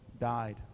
died